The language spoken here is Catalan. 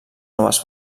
noves